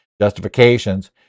justifications